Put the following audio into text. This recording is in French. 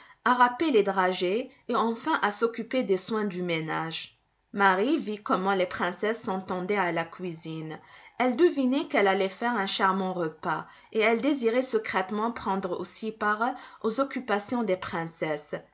à râper les dragées et enfin à s'occuper des soins du ménage marie vit comment les princesses s'entendaient à la cuisine elle devinait qu'elle allait faire un charmant repas et elle désirait secrètement prendre aussi part aux occupations des princesses